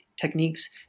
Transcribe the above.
techniques